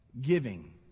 giving